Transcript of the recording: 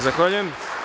Zahvaljujem.